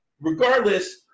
regardless